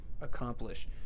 accomplish